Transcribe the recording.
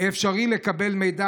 אפשר לקבל מידע,